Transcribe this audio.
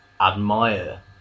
admire